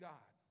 God